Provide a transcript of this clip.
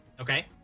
Okay